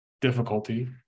difficulty